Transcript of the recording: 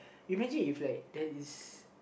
imagine if like that is